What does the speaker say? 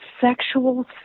sexual